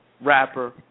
rapper